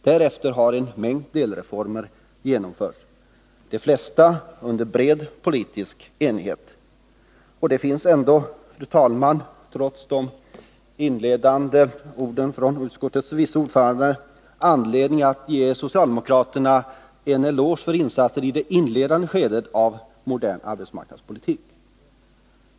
Därefter har en mängd delreformer genomförts, de flesta under bred politisk enighet. Det finns ändå, fru talman, trots de inledande orden från utskottets vice ordförande, anledning att ge socialdemokraterna en eloge för insatser i det första skedet av modern arbetsmarknadspolitik.